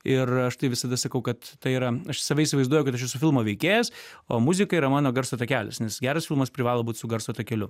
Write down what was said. ir aš tai visada sakau kad tai yra aš save įsivaizduoju kad aš esu filmo veikėjas o muzika yra mano garso takelis nes geras filmas privalo būt su garso takeliu